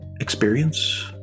experience